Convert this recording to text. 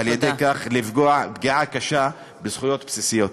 ועל-ידי כך לפגוע פגיעה קשה בזכויות בסיסיות.